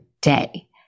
day